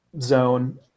zone